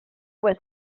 was